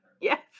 yes